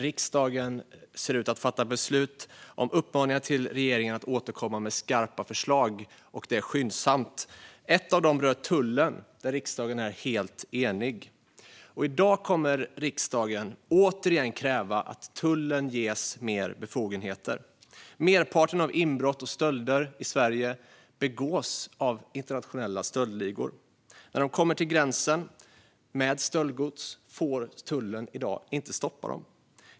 Riksdagen ser ut att fatta beslut om uppmaningar till regeringen att återkomma med skarpa förslag, och det skyndsamt. Ett tillkännagivande rör tullen, där riksdagen är helt enig. I dag kommer riksdagen återigen att kräva att tullen ges mer befogenheter. Merparten av inbrotten och stölderna i Sverige begås av internationella stöldligor. När de kommer till gränsen med stöldgods får tullen i dag inte stoppa dem.